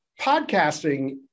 podcasting